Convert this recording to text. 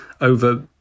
over